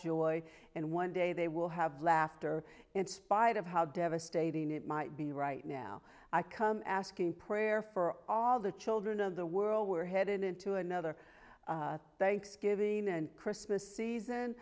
joy and one day they will have laughter in spite of how devastating it might be right now i come asking prayer for all the children of the world we're headed into another thanksgiving and christmas season